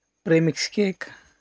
pre mix cake